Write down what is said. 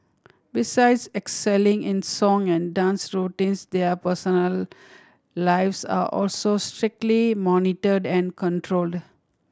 besides excelling in song and dance routines their personal lives are also strictly monitored and controlled